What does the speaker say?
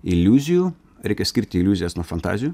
iliuzijų reikia skirti iliuzijas nuo fantazijų